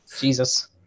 Jesus